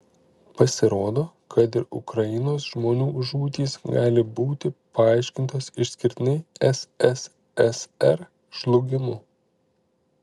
pasirodo kad ir ukrainos žmonių žūtys gali būti paaiškintos išskirtinai sssr žlugimu